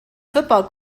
football